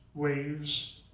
waves,